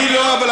אני מודע לזה.